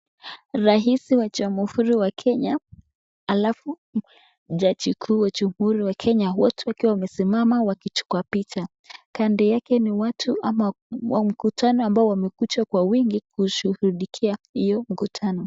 Rais wa jamhuri wa Kenya halafu maji you wa jamhuri ya Kenya wote wakiwa wamesimama kuchukua picha. Kando yake ni watu ama mkutano ambao wamekuja kwa wingi kushuhudia huo mkutano.